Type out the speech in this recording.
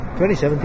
2017